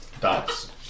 Dots